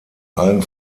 allen